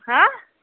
ہاں